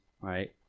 right